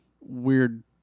weird